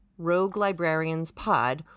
roguelibrarianspod